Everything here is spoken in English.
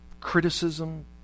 criticism